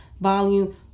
Volume